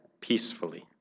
peacefully